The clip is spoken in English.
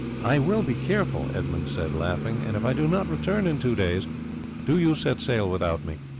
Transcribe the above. i will be careful, edmund said, laughing and if i do not return in two days do you set sail without me.